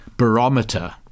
barometer